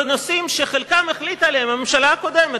בנושאים שחלקם החליטה עליהם הממשלה הקודמת.